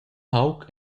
pauc